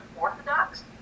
orthodox